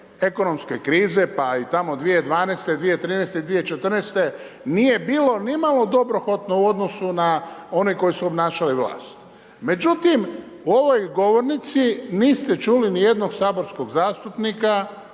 ekonomske krize pa i tamo 2012., 2013., 2014. nije bilo nimalo dobrohotno u odnosu na one koji su obnašali vlast. Međutim u ovoj govornici niste čuli nijednog saborskog zastupnika,